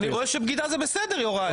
אני רואה שבגידה זה בסדר יוראי.